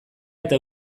eta